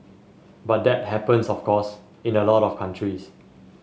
but that happens of course in a lot of countries